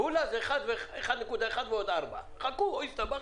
כמו שאמר יורם הכהן,